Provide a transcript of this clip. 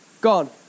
gone